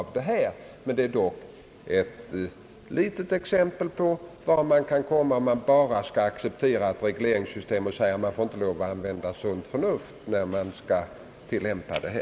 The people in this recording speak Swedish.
Vi har dock här ett litet exempel på vart det skulle kunna leda, om man bara accepterade ett regleringssystem utan att få lov att använda sunt förnuft vid tillämpningen.